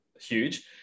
huge